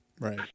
Right